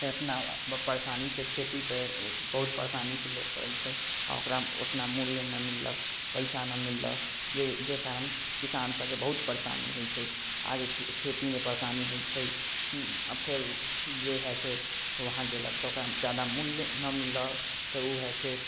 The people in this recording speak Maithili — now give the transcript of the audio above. एतना परेशानीसँ खेती तऽ बहुत परेशानीसँ लोक करै छै आओर ओकरा ओतना मूल्य नहि मिललक पइसा नहि मिललक जाहि जाहि कारण किसानसबके बहुत परेशानी होइ छै आगे खेतीमे परेशानी होइ छै आओर फेर जे हइ से वहाँ गेलक तऽ ओकरा ज्यादा मूल्य नहि मिललक तऽ ओ हइ से